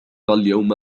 اليوم